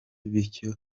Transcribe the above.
bityo